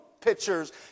pictures